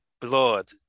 blood